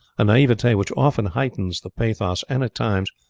a naivete which often heightens the pathos, and, at times,